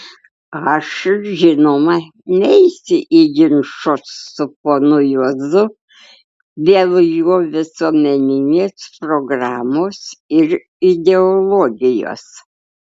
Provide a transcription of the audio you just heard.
aš žinoma neisiu į ginčus su ponu juozu dėl jo visuomeninės programos ir ideologijos